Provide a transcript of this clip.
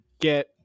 get